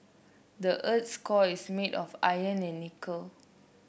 the earth's core is made of iron and nickel